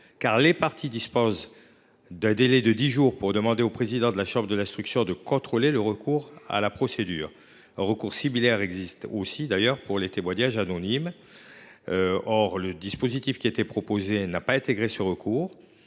car les parties disposent d’un délai de dix jours pour demander au président de la chambre de l’instruction de contrôler le recours à la procédure. Un recours similaire existe aussi pour les témoignages anonymes. Or le dispositif proposé n’a pas intégré ce recours.